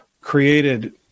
created